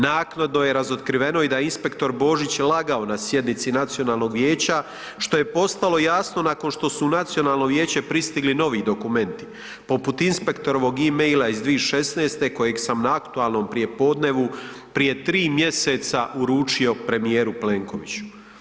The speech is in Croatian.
Naknadno je razotkriveno i da je inspektor Božić lagao na sjednici Nacionalnog vijeća, što je postalo jasno nakon što su u Nacionalno vijeće pristigli novi dokumenti, poput inspektorovog e-maila iz 2016. kojeg sam na aktualnom prijepodnevu prije 3 mjeseca uručio premijeru Plenkoviću.